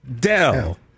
Dell